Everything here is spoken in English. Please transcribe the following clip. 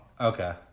Okay